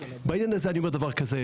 בעניין הזה אני אומר דבר כזה,